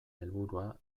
helburua